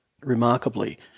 remarkably